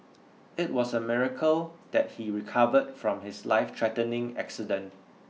it was a miracle that he recovered from his lifethreatening accident